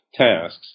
tasks